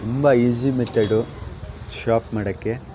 ತುಂಬಾ easy method soap ಮಾಡಕ್ಕೆ